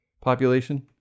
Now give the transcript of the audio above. population